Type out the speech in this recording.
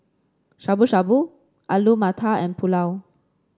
Shabu Shabu Alu Matar and Pulao